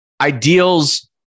ideals